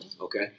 okay